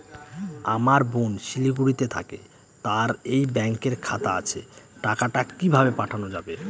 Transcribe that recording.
আমার বোন শিলিগুড়িতে থাকে তার এই ব্যঙকের খাতা আছে টাকা কি ভাবে পাঠানো যাবে?